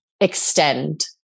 extend